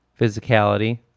physicality